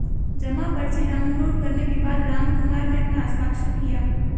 जमा पर्ची डाउनलोड करने के बाद रामकुमार ने अपना हस्ताक्षर किया